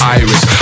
iris